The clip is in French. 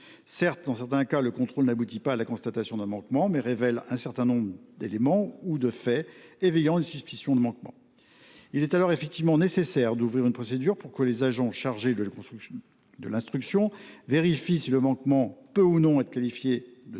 Certes, dans certains cas, le contrôle n’aboutit pas à une telle constatation, mais révèle un certain nombre d’éléments ou de faits éveillant une suspicion de manquement. Il est alors nécessaire d’ouvrir une procédure pour que les agents chargés de l’instruction vérifient si le manquement peut ou non être qualifié de déterminant,